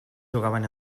jugaven